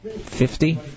Fifty